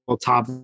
top